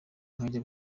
nkajya